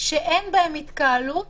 שאין בהם התקהלות